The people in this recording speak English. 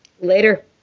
Later